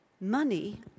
Money